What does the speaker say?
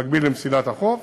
במקביל למסילת החוף,